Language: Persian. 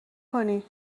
کنی